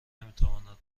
نمیتواند